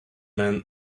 man